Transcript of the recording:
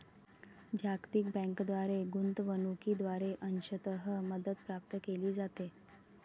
जागतिक बँकेद्वारे गुंतवणूकीद्वारे अंशतः मदत प्राप्त केली जाते